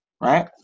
right